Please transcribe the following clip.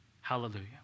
Hallelujah